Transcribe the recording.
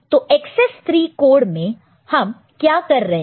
तो access 3 code में हम क्या कर रहे हैं